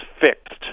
fixed